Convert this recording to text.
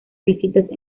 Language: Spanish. visitas